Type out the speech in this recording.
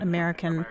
American